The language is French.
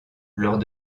lors